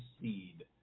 seed